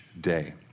day